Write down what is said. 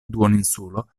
duoninsulo